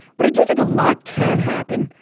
but i do think a lot can happen.